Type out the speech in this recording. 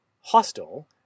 hostile